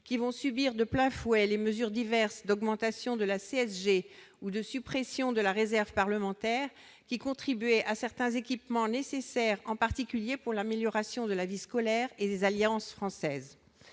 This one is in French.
qui vont subir de plein fouet les mesures diverses d'augmentation de la CSG ou de suppression de la réserve parlementaire, cette dernière contribuant à financer certains équipements nécessaires, en particulier pour l'amélioration de la vie scolaire et les Alliances françaises.